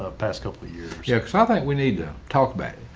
ah past couple years. yes, i think we need to talk back.